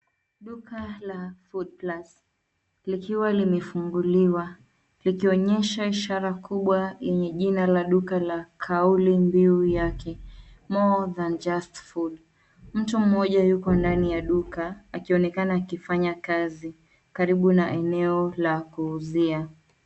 Duka la Foodplus, likiwa limefunguliwa. Likionyesha ishara kubwa yenye jina la duka la kauli mbiu yake, More than just food . Mtu mmoja yuko ndani ya duka, akionekana akifanya kazi, karibu na eneo la kuuzia.